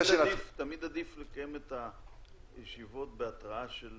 תמיד עדיף לקיים את הישיבות בהתרעה של